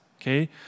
okay